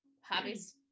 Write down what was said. hobbies